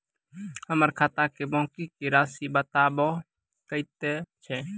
हमर खाता के बाँकी के रासि बताबो कतेय छै?